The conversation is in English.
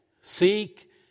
Seek